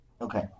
Okay